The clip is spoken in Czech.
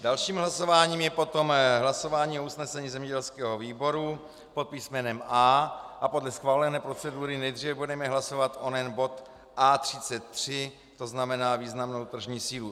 Dalším hlasováním je potom hlasování o usnesení zemědělského výboru pod písmenem A a podle schválené procedury nejdříve budeme hlasovat onen bod A33, to znamená významnou tržní sílu.